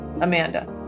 Amanda